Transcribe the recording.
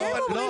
לא,